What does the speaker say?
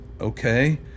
okay